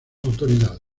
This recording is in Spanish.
autoridades